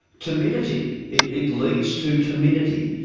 timidity, it it leads to timidity,